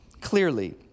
clearly